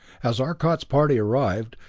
as arcot's party arrived,